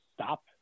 stop